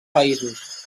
països